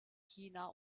china